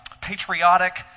patriotic